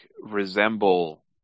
resemble